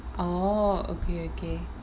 oh okay okay